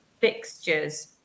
fixtures